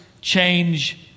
change